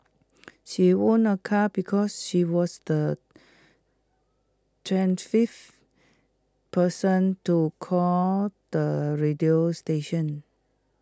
she won A car because she was the person to call the radio station